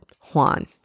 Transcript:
Juan